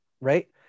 right